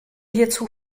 hierzu